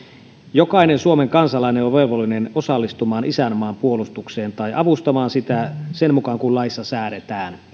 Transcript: jokainen suomen kansalainen on velvollinen osallistumaan isänmaan puolustukseen tai avustamaan sitä sen mukaan kuin laissa säädetään